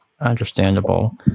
understandable